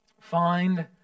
Find